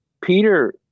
Peter